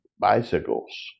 bicycles